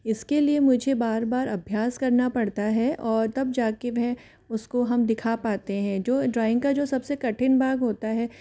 इस के लिए मुझे बार बार अभ्यास करना पड़ता है और तब जा कर वह उस को हम दिखा पाते हैं जो ड्राइंग का जो सब से कठिन भाग होता है